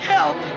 Help